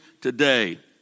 today